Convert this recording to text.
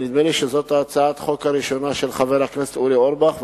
נדמה לי שזו הצעת החוק הראשונה של חבר הכנסת אורי אורבך,